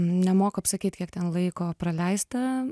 nemoku apsakyt kiek ten laiko praleista